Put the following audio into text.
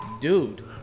dude